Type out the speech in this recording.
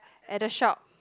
at the shop